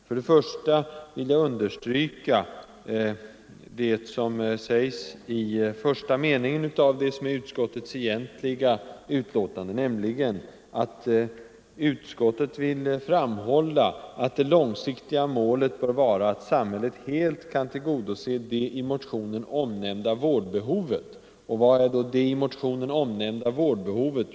För det första vill jag understryka det som sägs i första meningen i utskottets egentliga utlåtande, nämligen att utskottet ”vill framhålla att det långsiktiga målet bör vara att samhället helt kan tillgodose det i motionen omnämnda vårdbehovet”. Vad är då ”det i motionen omnämnda vårdbehovet”?